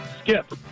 Skip